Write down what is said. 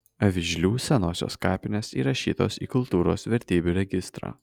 avižlių senosios kapinės įrašytos į kultūros vertybių registrą